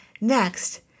Next